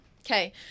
Okay